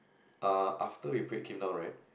err after we break him down right